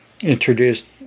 introduced